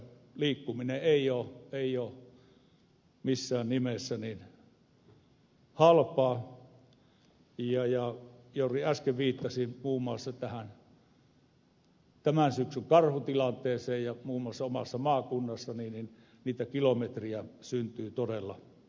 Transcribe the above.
liikkuminen ei ole missään nimessä halpaa ja juuri äsken viittasin muun muassa tähän tämän syksyn karhutilanteeseen ja muun muassa omassa maakunnassani niitä kilometrejä syntyy todella paljon